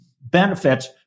benefits